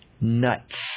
nuts